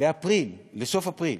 לסוף אפריל,